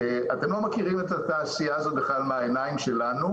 אתם לא מכירים את התעשייה הזאת מהעיניים שלנו,